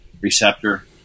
receptor